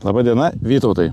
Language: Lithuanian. laba diena vytautai